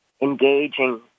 engaging